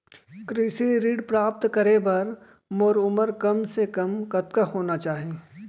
कृषि ऋण प्राप्त करे बर मोर उमर कम से कम कतका होना चाहि?